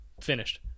finished